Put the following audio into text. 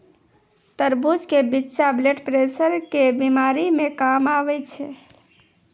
तरबूज के बिच्चा ब्लड प्रेशर के बीमारी मे काम आवै छै